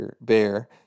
bear